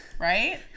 right